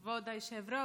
כבוד היושב-ראש,